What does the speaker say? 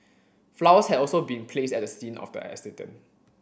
flowers had also been placed at the scene of the accident